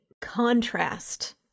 contrast